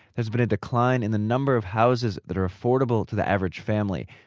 there's been a decline in the number of houses that are affordable to the average family,